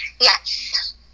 Yes